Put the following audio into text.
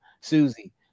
Susie